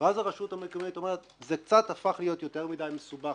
ואז הרשות המקבלת אומרת זה הפך להיות יותר מדי מסובך